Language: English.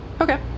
okay